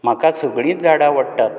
म्हाका सगळींच झाडां आवडटात